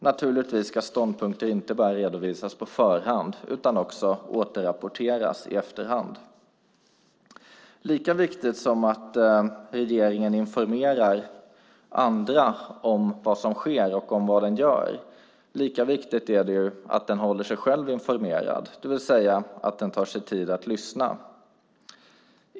Naturligtvis ska ståndpunkter inte bara redovisas på förhand utan också återrapporteras i efterhand. Lika viktigt som att regeringen informerar andra om vad som sker och vad den gör är att den håller sig själv informerad, det vill säga att den tar sig tid att lyssna.